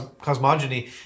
cosmogony